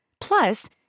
Plus